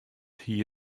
hie